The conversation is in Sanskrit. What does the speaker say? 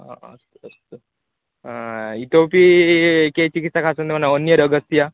अ अस्तु अस्तु इतोपि के चिकित्सका सन् नोन अन्य रोगस्य